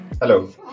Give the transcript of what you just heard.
Hello